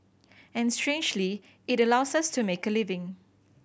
and strangely it allows us to make a living